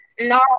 No